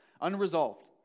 unresolved